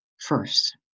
first